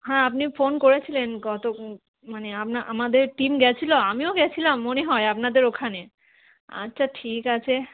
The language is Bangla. হ্যাঁ আপনি ফোন করেছিলেন কত মানে আপ আমাদের টিম গেছিলো আমিও গেছিলাম মনে হয় আপনাদের ওখানে আচ্ছা ঠিক আছে